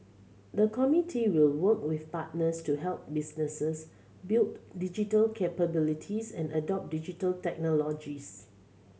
the committee will work with partners to help businesses build digital capabilities and adopt Digital Technologies